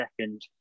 second